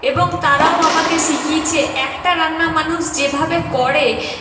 এবং তারাও আমাকে শিখিয়েছে একটা রান্না মানুষ যেভাবে করে